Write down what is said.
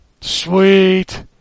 Sweet